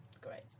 great